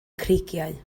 creigiau